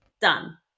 done